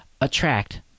Attract